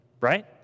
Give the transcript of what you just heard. right